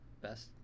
best